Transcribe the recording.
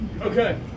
Okay